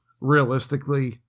realistically